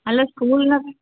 ಅಲ್ಲ ಸ್ಕೂಲ್ನಾಗ